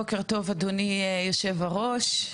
בוקר טוב אדוני יושב-הראש,